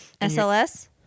SLS